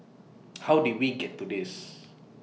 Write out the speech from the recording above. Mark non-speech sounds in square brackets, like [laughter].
[noise] how did we get to this